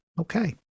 Okay